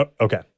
Okay